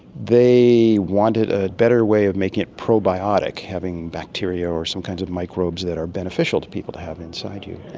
they want a better way of making it probiotic, having bacteria or some kind of microbes that are beneficial to people to have inside you.